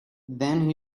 then